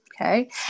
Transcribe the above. okay